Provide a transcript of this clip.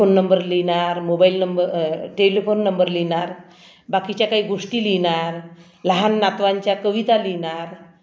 telephone number लिहिणार mobile number telephone number लिहिणार बाकीच्या काही गोष्टी लिहिणार लहान नातवांच्या कविता लिहिणार